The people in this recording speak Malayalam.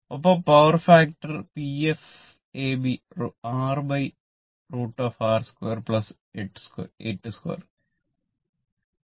ഒപ്പം പവർ ഫാക്ടർ PF ab 6√ 6 2 8 2 0